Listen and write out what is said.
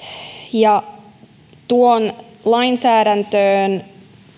ja tuoda lainsäädäntöön